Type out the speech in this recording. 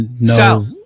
no